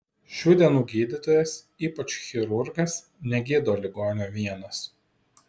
šių dienų gydytojas ypač chirurgas negydo ligonio vienas